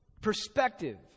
perspective